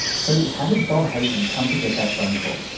so how did bob hazen come to get that phone call?